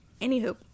Anywho